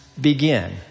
begin